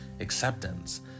acceptance